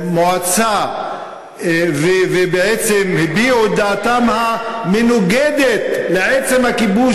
המועצה ובעצם הביעו את דעתן המנוגדת לעצם הכיבוש